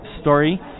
story